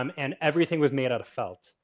um and everything was made out of felt.